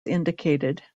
indicated